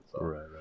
Right